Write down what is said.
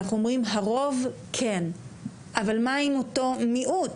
אנחנו אומרים הרוב כן אבל מה עם אותו מיעוט?